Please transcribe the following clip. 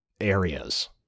areas